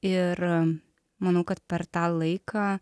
ir manau kad per tą laiką